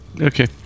Okay